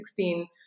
2016